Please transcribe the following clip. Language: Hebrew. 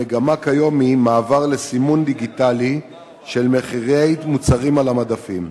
המגמה כיום היא מעבר לסימון דיגיטלי של מחירי מוצרים על המדפים.